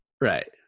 Right